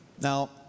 Now